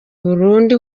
burundu